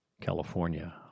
California